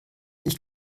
ich